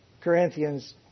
Corinthians